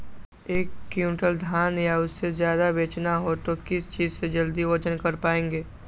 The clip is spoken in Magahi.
एक क्विंटल धान या उससे ज्यादा बेचना हो तो किस चीज से जल्दी वजन कर पायेंगे?